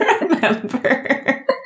remember